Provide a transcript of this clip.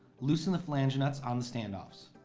loosen the flange nuts on the standoffs.